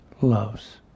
loves